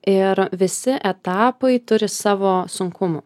ir visi etapai turi savo sunkumų